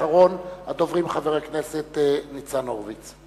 אחרון הדוברים, חבר הכנסת ניצן הורוביץ.